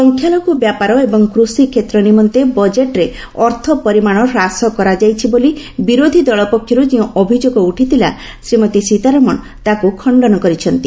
ସଂଖ୍ୟାଲଘୁ ବ୍ୟାପାର ଏବଂ କୃଷି କ୍ଷେତ୍ର ନିମନ୍ତେ ବଜେଟ୍ରେ ଅର୍ଥ ପରିମାଣ ହ୍ରାସ କରାଯାଇଛି ବୋଲି ବିରୋଧ ଦଳ ପକ୍ଷରୁ ଯେଉଁ ଅଭିଯୋଗ ଉଠିଥିଲା ଶ୍ରୀମତୀ ସୀତରମଣ ତାକୁ ଖଣ୍ଡନ କରିଛନ୍ତି